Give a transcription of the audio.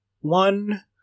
one